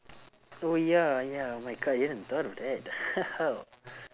oh ya ya oh my god you even thought of that